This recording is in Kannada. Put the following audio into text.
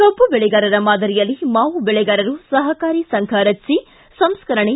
ಕಬ್ಬು ಬೆಳೆಗಾರರ ಮಾದರಿಯಲ್ಲಿ ಮಾವು ಬೆಳೆಗಾರರು ಸಹಕಾರಿ ಸಂಘ ರಚಿಸಿ ಸಂಸ್ಕರಣೆ